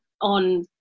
on